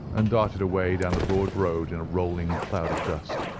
and darted away down the broad road in a rolling cloud of dust.